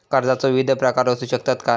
कर्जाचो विविध प्रकार असु शकतत काय?